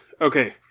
okay